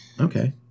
Okay